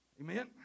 Amen